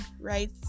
right